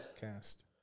cast